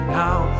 now